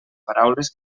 paraules